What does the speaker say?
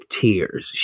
tears